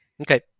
Okay